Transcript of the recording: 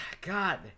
God